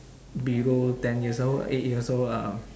below ten years old eight years old lah